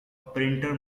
printer